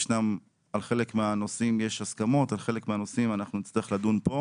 שעל חלק מהנושאים יש הסכמות ועל חלק מהנושאים נצטרך לדון כאן.